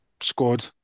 squad